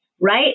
Right